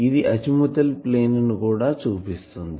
ఇది azimuthal plane ని కూడా చూపిస్తుంది